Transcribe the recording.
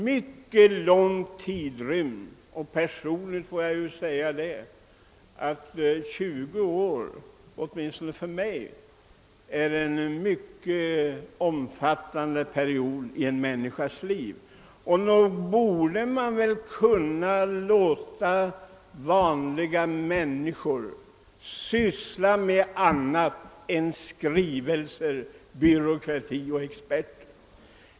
Åtminstone för mig förefaller 20 år vara en mycket lång period i en människas liv, och nog borde väl vanliga människor få ägna sig åt annat än skrivelser till myndigheter och experter.